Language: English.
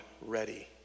ready